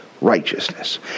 righteousness